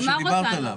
שאמרת,